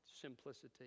Simplicity